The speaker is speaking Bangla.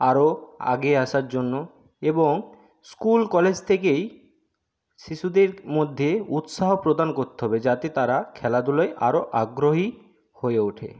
আরো আগে আসার জন্য এবং স্কুল কলেজ থেকেই শিশুদের মধ্যে উৎসাহ প্রদান করতে হবে যাতে তারা খেলাধুলোয় আরো আগ্রহী হয়ে ওঠে